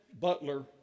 Butler